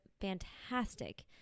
fantastic